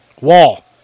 Wall